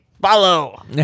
follow